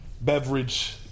beverage